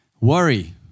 Worry